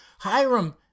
hiram